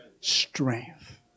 strength